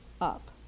up